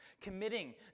committing